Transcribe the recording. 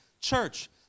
church